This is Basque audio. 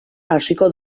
hasiko